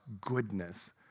goodness